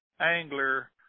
angler